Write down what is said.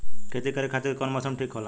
खेती करे खातिर कौन मौसम ठीक होला?